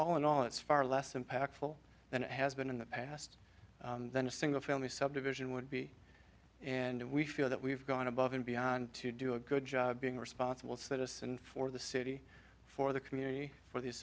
all in all it's far less impactful than it has been in the past than a single family subdivision would be and we feel that we've gone above and beyond to do a good job being a responsible citizen for the city for the community for the